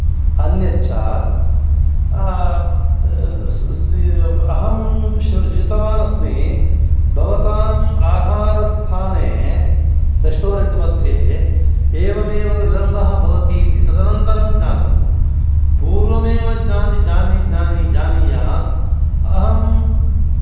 अन्यच्च अहं श्रु शृतवान् अस्मि भवतां आहरस्थाने रेस्टोरेंट् मध्ये एवमेव विलम्बः भवति इति तदनन्तरं ज्ञातम् पूर्वमेव जानि जानि जानि जानीयात् अहम्